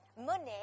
Money